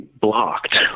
blocked